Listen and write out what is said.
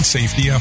Safety